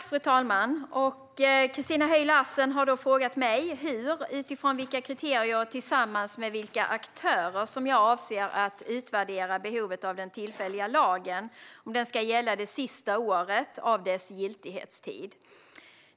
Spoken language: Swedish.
Fru talman! Christina Höj Larsen har frågat mig hur, utifrån vilka kriterier och tillsammans med vilka aktörer jag avser att utvärdera behovet av att den tillfälliga lagen ska gälla under det sista året av sin giltighetstid.